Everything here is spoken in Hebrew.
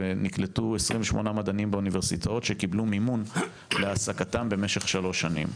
ונקלטו 28 מדענים באוניברסיטאות שקיבלו מימון להעסקתם במשך שלוש שנים.